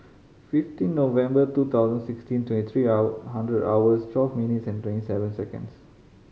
fifteen November two thousand sixteen twenty three hundred hours twelve minutes and twenty seven seconds